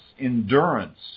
endurance